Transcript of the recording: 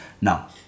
Now